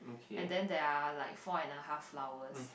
and then there are like four and a half flower